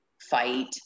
fight